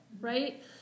right